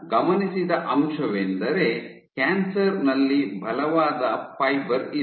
ಆದ್ದರಿಂದ ಗಮನಿಸಿದ ಅಂಶವೆಂದರೆ ಕ್ಯಾನ್ಸರ್ ನಲ್ಲಿ ಬಲವಾದ ಫೈಬರ್ ಇದೆ